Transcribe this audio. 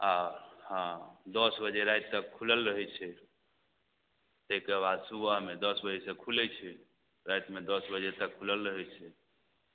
आओर हँ दस बजे राति तक खुलल रहय छै तैके बाद सुबहमे दस बजेसँ खुलय छै रातिमे दस बजे तक खुलल रहय छै